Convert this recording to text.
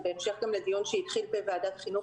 זה גם בהמשך לדיון שהתחיל בוועדת החינוך